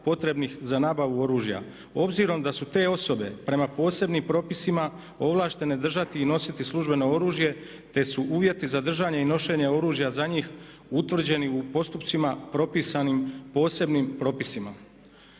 potrebnih za nabavu oružja. Obzirom da su te osobe prema posebnim propisima ovlaštene držati i nositi službeno oružje, te su uvjeti za držanje i nošenje oružja za njih utvrđeni u postupcima propisanim posebnim propisima.